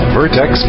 Vertex